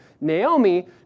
Naomi